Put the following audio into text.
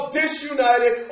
disunited